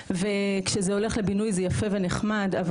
-- וכשזה הולך לבינוי זה יפה ונחמד,